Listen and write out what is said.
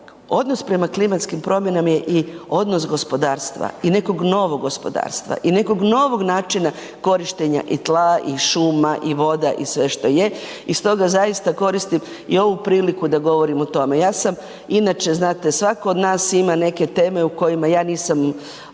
odnos prema klimatskim promjenama je i odnos gospodarstva i nekog novog gospodarstva i nekog novog načina korištenja i tla i šuma i voda i sve što je. I stoga zaista koristim i ovu priliku da govorim o tome. Ja sam inače, znate svatko od nas ima neke teme u kojima ja nisam